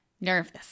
nervous